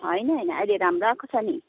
होइन होइन अहिले राम्रो आएको छ नि